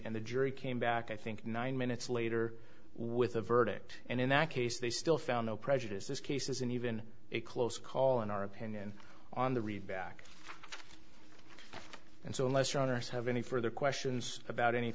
and the jury came back i think nine minutes later with a verdict and in that case they still found no prejudice this case isn't even a close call in our opinion on the read back and so unless you're owners have any further questions about any